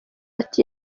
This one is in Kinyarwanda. ati